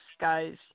guys